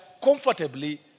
comfortably